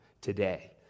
today